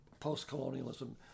post-colonialism